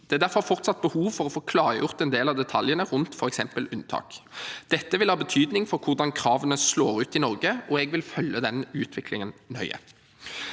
Det er derfor fortsatt behov for å få klargjort en del av detaljene rundt f.eks. unntak. Dette vil ha betydning for hvordan kravene slår ut i Norge, og jeg vil følge denne utviklingen nøye.